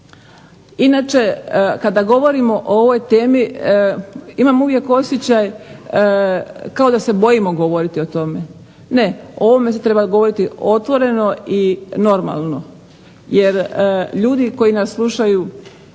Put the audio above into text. Inače kada govorimo o ovoj temi imam uvijek osjećaj kao da se bojimo govoriti o tome. Ne. o ovome se treba govoriti otvoreno i normalno. Jer ljudi koji nas slušaju